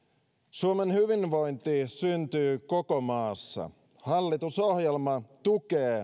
suomen hyvinvointi syntyy koko maassa hallitusohjelma tukee